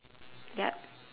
ya